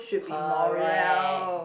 correct